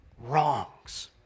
wrongs